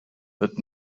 but